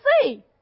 see